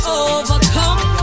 overcome